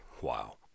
Wow